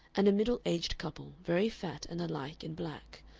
and a middle-aged couple, very fat and alike in black,